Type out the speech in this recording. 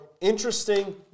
interesting